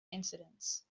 incidents